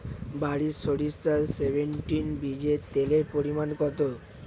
বারি সরিষা সেভেনটিন বীজে তেলের পরিমাণ কত?